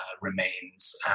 remains